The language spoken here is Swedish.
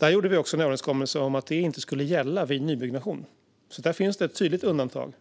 Vi gjorde också en överenskommelse om att det inte skulle gälla vid nybyggnation. Det är tydligt